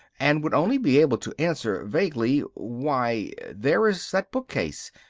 and would only be able to answer vaguely, why, there is that bookcase.